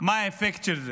מה האפקט של זה.